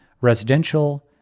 residential